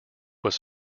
was